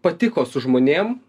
patiko su žmonėm